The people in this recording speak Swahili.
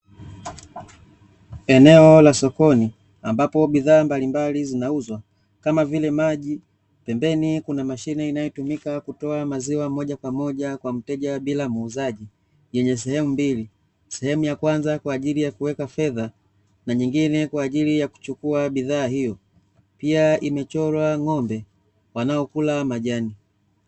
Eneo la sokoni ambapo bidhaa mbalimbali zinauzwa kama vile maji, pembeni kuna mashine inayotumika kutoa maziwa moja kwa moja kwa mteja wa bila muuzaji yenye sehemu mbili, sehemu ya kwanza kwa ajili ya kuweka fedha na nyingine kwa ajili ya kuchukua bidhaa hiyo, pia imechorwa ng'ombe wanaokula majani .